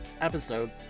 episode